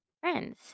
friends